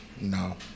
No